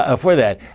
ah before that,